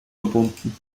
verbunden